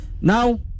now